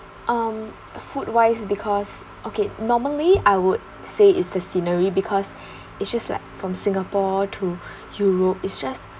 um food wise because okay normally I would say is the scenery because it's just like from singapore to europe is just